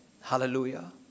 Hallelujah